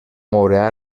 moure